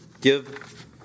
Give